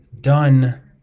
done